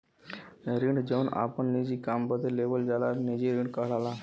ऋण जौन आपन निजी काम बदे लेवल जाला निजी ऋण कहलाला